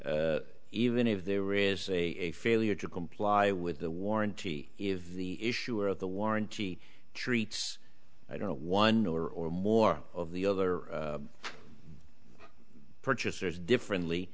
even if there is a failure to comply with the warranty if the issuer of the warranty treats i don't know one or more of the other purchasers differently